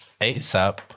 ASAP